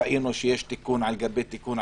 ראינו שיש תיקון על גבי תיקון,